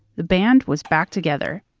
the band was back together.